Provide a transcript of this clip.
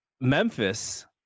Memphis